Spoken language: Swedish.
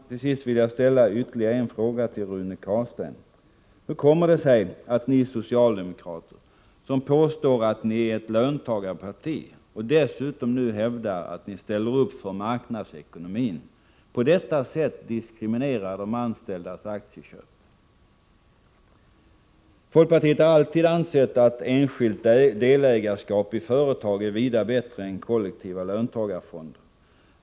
Till sist vill jag ställa ytterligare en fråga till Rune Carlstein: Hur kommer det sig att ni socialdemokrater, som påstår att ni är ett löntagarparti och som dessutom nu hävdar att ni ställer upp för marknadsekonomin, på detta sätt diskriminerar de anställdas aktieköp? Folkpartiet har alltid ansett att enskilt delägarskap i företag är vida bättre än kollektiva löntagarfonder.